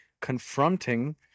confronting